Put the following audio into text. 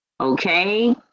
okay